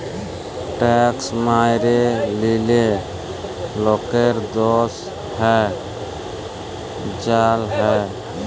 tax ম্যাইরে লিলে লকের দস হ্যয় জ্যাল হ্যয়